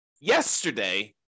yesterday